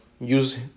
use